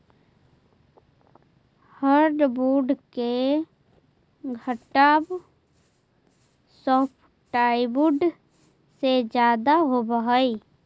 hardwood के घनत्व softwood से ज्यादा होवऽ हइ